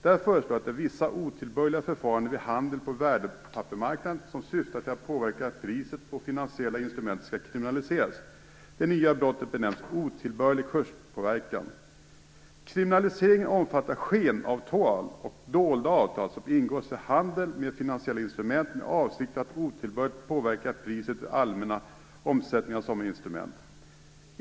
Det föreslås att vissa otillbörliga förfaranden vid handel på värdepappersmarknaden syftande till att påverka priset på finansiella instrument skall kriminaliseras. Det nya brottet benämns otillbörlig kurspåverkan. Kriminaliseringen omfattar skenavtal och dolda avtal som ingås vid handel med finansiella instrument med avsikt att otillbörligt påverka priset vid allmän omsättning av sådana instrument.